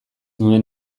nuen